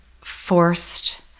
forced